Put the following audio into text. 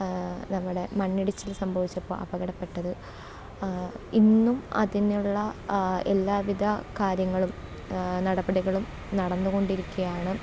നമ്മുടെ മണ്ണിടിച്ചൽ സംഭവിച്ചപ്പോൾ അപകടത്തിൽപ്പെട്ടത് ഇന്നും അതിനുള്ള എല്ലാവിധ കാര്യങ്ങളും നടപടികളും നടന്നുകൊണ്ടിരിയ്ക്കയാണ്